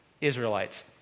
Israelites